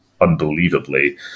unbelievably